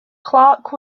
clark